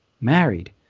married